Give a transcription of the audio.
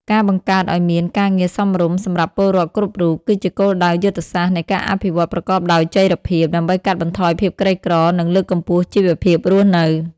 ការបង្កើតឱ្យមាន "ការងារសមរម្យ" សម្រាប់ពលរដ្ឋគ្រប់រូប គឺជាគោលដៅយុទ្ធសាស្ត្រនៃការអភិវឌ្ឍប្រកបដោយចីរភាព ដើម្បីកាត់បន្ថយភាពក្រីក្រ និងលើកកម្ពស់ជីវភាពរស់នៅ។